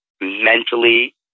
mentally